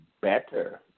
better